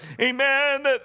amen